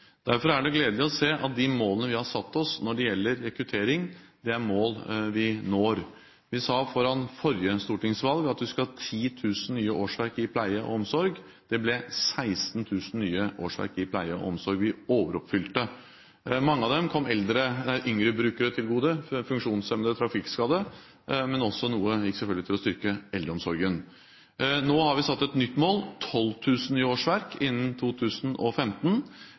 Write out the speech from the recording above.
Derfor er det gledelig å se at de målene vi har satt oss når det gjelder rekruttering, er mål vi når. Vi sa foran forrige stortingsvalg at vi skulle ha 10 000 nye årsverk innen pleie og omsorg, det ble 16 000 nye årsverk – vi overoppfylte her. Mange av årsverkene kom yngre brukere til gode – funksjonshemmede og trafikkskadde – men noe gikk også selvfølgelig til å styrke eldreomsorgen. Nå har vi satt oss et nytt mål: 12 000 nye årsverk innen 2015.